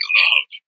love